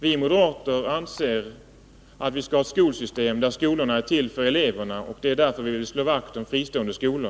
Vi moderater anser att vi skall ha ett skolsystem där skolorna är till för eleverna. Det är därför som vi vill slå vakt om fristående skolor.